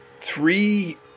Three